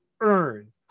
earn